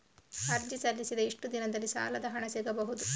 ಅರ್ಜಿ ಸಲ್ಲಿಸಿದ ಎಷ್ಟು ದಿನದಲ್ಲಿ ಸಾಲದ ಹಣ ಸಿಗಬಹುದು?